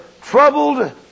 troubled